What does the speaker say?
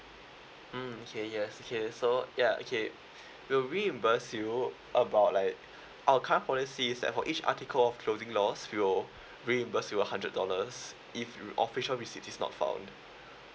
mm okay yes okay so ya okay we'll reimburse you about like our current policy is that for each article of clothing loss we'll reimburse you a hundred dollars if official receipt is not found